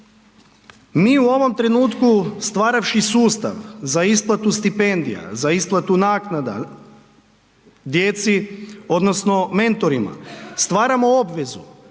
mi u ovom trenutku stvorivši sustav za isplatu stipendija, za isplatu naknada djeci odnosno mentorima, stvaramo obvezu